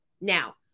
Now